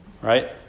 Right